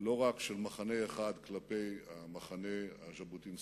לא רק של מחנה אחד כלפי המחנה הז'בוטינסקאי,